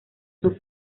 sus